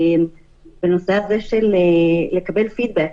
בנושא הזה של לקבל פידבק.